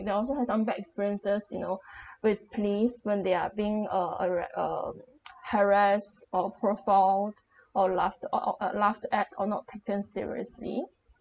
they also have some bad experiences you know with police when they are being uh arra~ um harassed or profile or laughed or or uh laughed at or not taken seriously